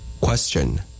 Question